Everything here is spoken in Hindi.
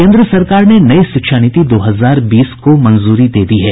केन्द्र सरकार ने नई शिक्षा नीति दो हजार बीस को मंजूरी दे दी है